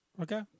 Okay